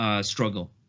struggle